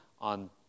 on